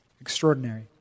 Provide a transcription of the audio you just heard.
Extraordinary